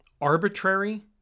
Arbitrary